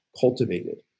cultivated